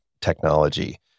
technology